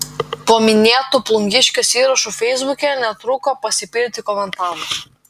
po minėtu plungiškės įrašu feisbuke netruko pasipilti komentarų